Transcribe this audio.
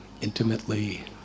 intimately